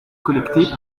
collectées